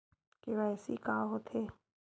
KYC का होथे?